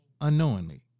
unknowingly